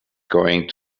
going